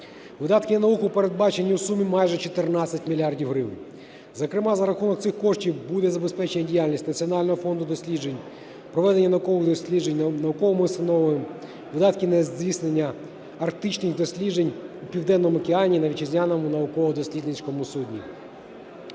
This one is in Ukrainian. Видатки на науку передбачені в сумі майже 14 мільярдів гривень. Зокрема, за рахунок цих коштів буде забезпечено діяльність Національного фонду досліджень, проведення наукових досліджень науковими установами, видатки на здійснення арктичних досліджень в Південному океані на вітчизняному науково-дослідницькому судні.